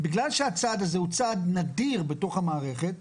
בגלל שהצעד הזה הוא צעד נדיר בתוך המערכת,